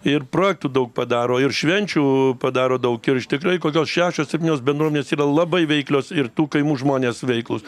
ir projektų daug padaro ir švenčių padaro daug ir iš tikrai kokios šešios septynios bendruomenės yra labai veiklios ir tų kaimų žmonės veiklūs